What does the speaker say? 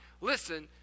Listen